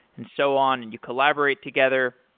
and so on, and you collaborate together.